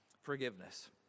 Forgiveness